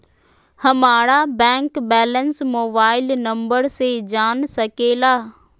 हमारा bank balance mobile number से जान सके ला?